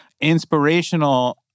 inspirational